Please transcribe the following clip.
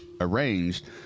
arranged